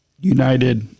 United